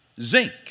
zinc